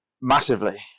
massively